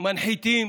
מנחיתים